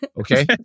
Okay